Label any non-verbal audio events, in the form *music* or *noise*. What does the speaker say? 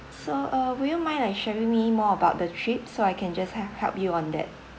so uh would you mind like sharing me more about the trip so I can just *noise* help you on that